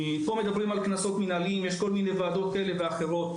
מדברים פה על קנסות מנהליים וגם בכל מיני ועדות כאלו ואחרות,